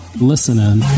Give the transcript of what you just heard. listening